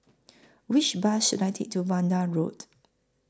Which Bus should I Take to Vanda Road